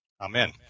Amen